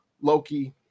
Loki